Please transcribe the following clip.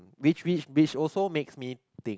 which which which also makes me think